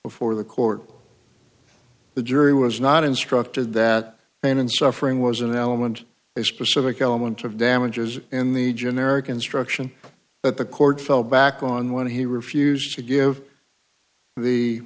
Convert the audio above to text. before the court the jury was not instructed that pain and suffering was an element a specific element of damages in the generic instruction that the court fell back on when he refused to give the